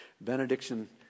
Benediction